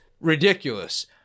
ridiculous